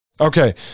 Okay